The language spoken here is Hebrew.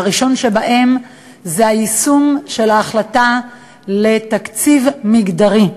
הראשון שבהם הוא היישום של ההחלטה על תקציב מגדרי.